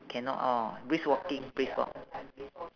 cannot orh brisk walking brisk walk